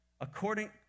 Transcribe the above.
according